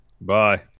Bye